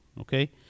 Okay